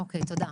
תודה.